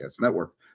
Network